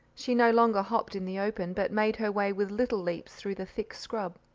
she no longer hopped in the open, but made her way with little leaps through the thick scrub.